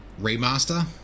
remaster